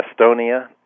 Estonia